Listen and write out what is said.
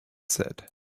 said